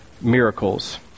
miracles